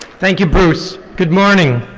thank you, bruce. good morning.